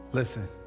Listen